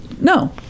No